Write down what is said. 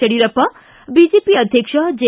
Yediyurappa BJP ಅಧ್ಯಕ್ಷ J